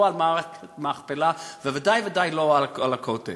לא על מערת המכפלה, וודאי וודאי שלא על הכותל.